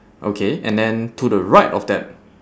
okay and then to the right of that